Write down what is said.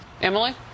Emily